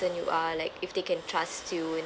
you are like if they can trust you you